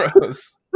Gross